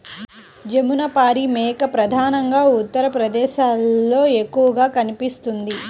జమునపారి మేక ప్రధానంగా ఉత్తరప్రదేశ్లో ఎక్కువగా కనిపిస్తుంది